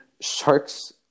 sharks